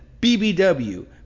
BBW